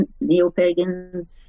neo-pagans